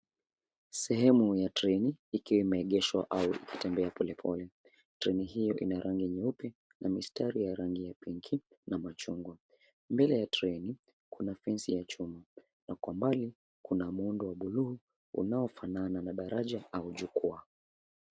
Sehemu ya treni ikiwa imeegeshwa au kutembea polepole. Treni hiyo ina rangi nyeupe na mistari ya rangi ya pinki na machungu. Mbele ya treni kuna fenzi ya chuma. Na kwa umbali kuna muundo wa bluu unaofanana na daraja au jukwaa.